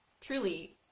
Truly